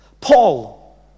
Paul